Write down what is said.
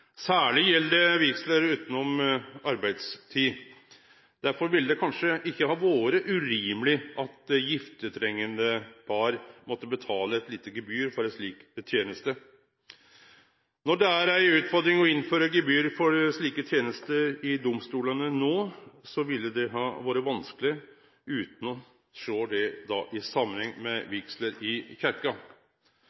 Særleg gjeld det vigsler utanom arbeidstid. Derfor ville det kanskje ikkje ha vore urimeleg at giftetrengande par måtte betale eit lite gebyr for ei slik teneste. Det er ei utfordring å innføre gebyr for slike tenester i domstolane nå, det ville vere vanskeleg utan å sjå det i samanheng med